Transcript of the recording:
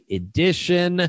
edition